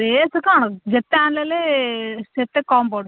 dress କଣ ଯେତେ ଆଣିଲେ ସେତେ କମ୍ ପଡ଼ୁଛି